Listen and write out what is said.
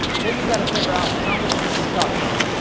then you gotta figure out how much you should charge.